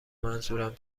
منظورم